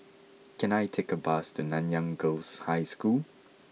can I take a bus to Nanyang Girls' High School